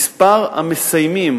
מספר המסיימים